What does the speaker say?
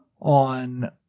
on